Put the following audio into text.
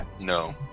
No